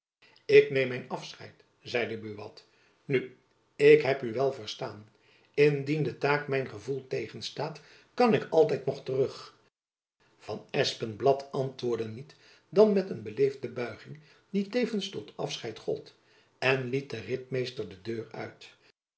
ik neem mijn afscheid zeide buat nu ik heb u wel verstaan indien de taak mijn gevoel tegenstaat kan ik altijd nog terug van espenblad antwoordde niet dan met een beleefde buiging die tevens tot afscheid gold en liet den ritmeester de deur uit